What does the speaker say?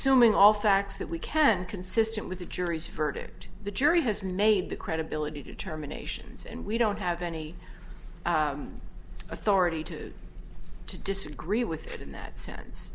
g all facts that we can consistent with the jury's verdict the jury has made the credibility determinations and we don't have any authority to to disagree with it in that sense